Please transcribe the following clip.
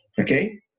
okay